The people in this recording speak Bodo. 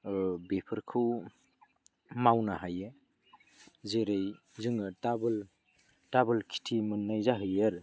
बेफोरखौ मावनो हायो जेरै जोङो डाबोल डाबोल खिथि मोननाय जाहैयो आरो